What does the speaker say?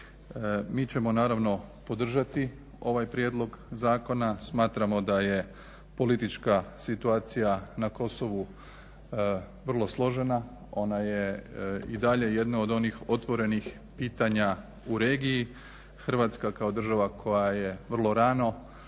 Mi ćemo naravno podržati ovaj prijedlog zakona. Smatramo da je politička situacija na Kosovu vrlo složena. Ona je i dalje jedna od onih otvorenih pitanja u regiji. Hrvatska kao država koja je vrlo rano